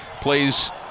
Plays